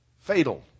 Fatal